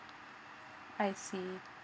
I see